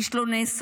איש לא נאסר,